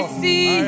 see